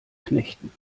knechten